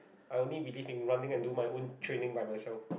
I only believe in running and do my own training by myself